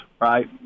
right